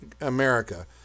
America